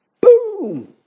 boom